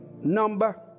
number